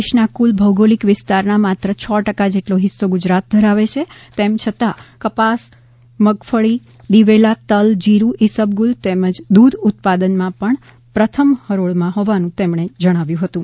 દેશના કુલ ભૌગોલિક વિસ્તારનાં માત્ર ક ટકા જેટલો હિસ્સો ગુજરાત ધરાવે છે તેમ છતાં કપાસ મગફળી દિવેલા તલ જીરૂ ઈસબગુલ તેમજ દુધ ઉત્પાદનમાં પ્રથમ હરોળમાં હોવાનું તેમણે જણાવ્યુ હતું